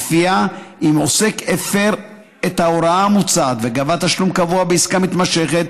שלפיה אם עוסק הפר את ההוראה המוצעת וגבה תשלום קבוע בעסקה מתמשכת